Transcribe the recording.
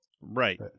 Right